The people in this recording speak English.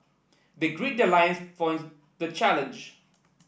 they gird their loins for the challenge